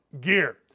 gear